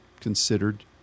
considered